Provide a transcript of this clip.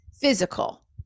physical